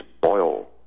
boil